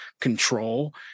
control